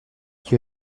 qui